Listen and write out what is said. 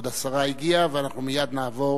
כבוד השרה הגיעה, ואנחנו מייד נעבור